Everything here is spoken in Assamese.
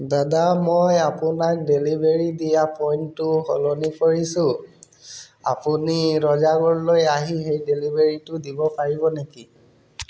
দাদা মই আপোনাক ডেলিভাৰী দিয়া পইণ্টটো সলনি কৰিছোঁ আপুনি ৰজাগড়লৈ আহি সেই ডেলিভাৰীটো দিব পাৰিব নেকি